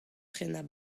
prenañ